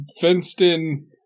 fenced-in